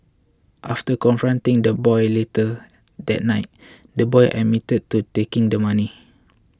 after confronting the boy later that night the boy admitted to taking the money